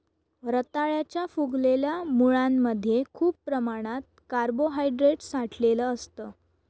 रताळ्याच्या फुगलेल्या मुळांमध्ये खूप प्रमाणात कार्बोहायड्रेट साठलेलं असतं